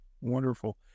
Wonderful